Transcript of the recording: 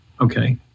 okay